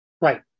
right